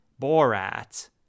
Borat